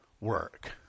work